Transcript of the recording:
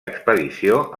expedició